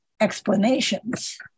explanations